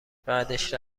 بعدشم